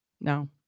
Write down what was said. No